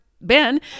Ben